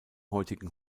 heutigen